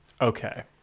Okay